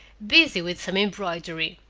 busy with some embroidery.